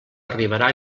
arribarà